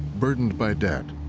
burdened by debt,